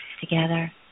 together